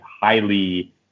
highly